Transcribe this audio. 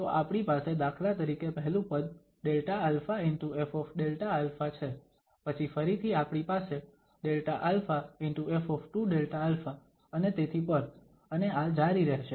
તો આપણી પાસે દાખલા તરીકે પહેલું પદ Δα × FΔα છે પછી ફરીથી આપણી પાસે Δα × F2Δα અને તેથી પર અને આ જારી રહેશે